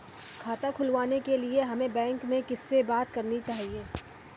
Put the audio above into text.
खाता खुलवाने के लिए हमें बैंक में किससे बात करनी चाहिए?